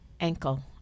ankle